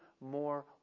more